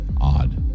Odd